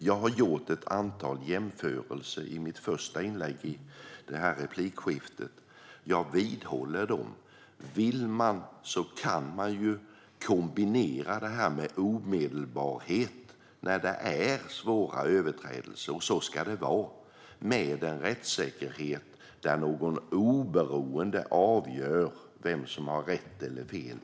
Jag gjorde ett antal jämförelser i mitt första inlägg i det här replikskiftet, och jag vidhåller dem. Vill man kan man kombinera detta med omedelbarhet vid svåra överträdelser - och så ska det vara - med en rättssäkerhet där någon oberoende avgör vem som har rätt eller fel.